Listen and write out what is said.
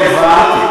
הבנתי.